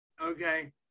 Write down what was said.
Okay